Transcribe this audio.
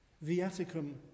Viaticum